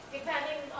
depending